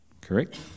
correct